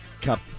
Cup